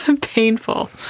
painful